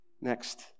Next